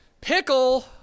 pickle